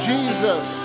Jesus